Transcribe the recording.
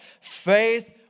Faith